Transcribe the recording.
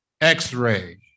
X-ray